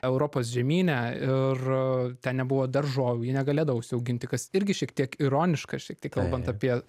europos žemyne ir ten nebuvo daržovių jie negalėdavo užsiauginti kas irgi šiek tiek ironiška šiek tiek kalbant apie